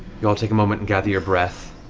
you all take a moment and gather your breath,